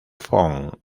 font